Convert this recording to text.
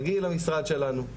תגיעי למשרד שלנו.